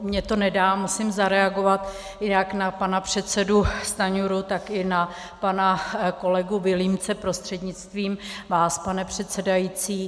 Mně to nedá a musím zareagovat jak na pana předsedu Stanjuru, tak i na pana kolegu Vilímce prostřednictvím vás, pane předsedající.